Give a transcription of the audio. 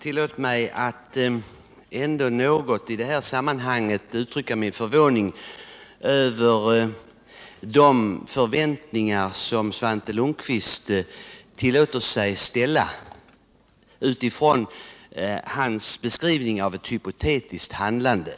Herr talman! Tillåt mig att i detta sammanhang ändå uttrycka min förvåning över de förväntningar som Svante Lundkvist tillåter sig att ställa utifrån sin beskrivning av ett hypotetiskt handlande.